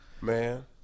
man